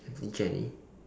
aunty Jenny